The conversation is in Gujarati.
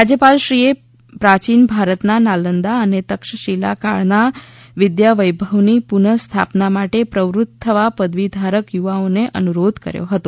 રાજ્યપાલશ્રીએ પ્રાચીન ભારતના નાલંદા અને તક્ષશિલા કાળના વિદ્યાવૈભવની પુનઃસ્થાપના માટે પ્રવૃત્ત થવા પદવીધારક યુવાઓને અનુરોધ કર્યો હતો